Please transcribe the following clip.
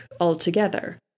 altogether